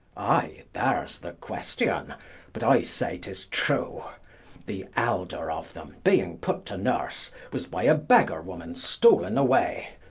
i, there's the question but i say, tis true the elder of them being put to nurse, was by a begger-woman stolne away,